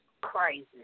Crazy